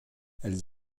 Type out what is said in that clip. elles